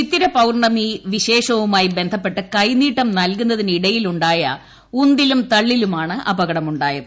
ചിത്തിര പൌർണ്ണമി വിശേഷവുമായി ബന്ധപ്പെട്ട് കൈനീട്ടം നൽകുന്നതിനിടെയുണ്ടായ ഉന്തും തള്ളിലുമാണ് അപകടമുണ്ടായത്